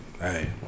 hey